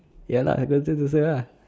ya lah I nothing to say lah